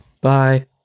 bye